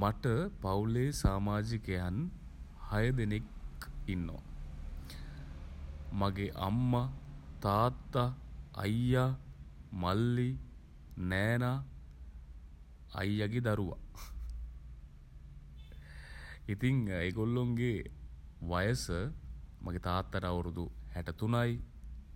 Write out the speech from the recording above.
මට පවුලේ සාමාජිකයන් 6 දෙනෙක් ඉන්නවා. මගේ අම්මා තාත්තා අයියා මල්ලි නෑනා අයියගේ දරුවා. ඉතින් ඒ ගොල්ලොන්ගේ වයස මගේ තාත්තට අවුරුදු හැට තුනයි.